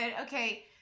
okay